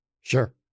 Sure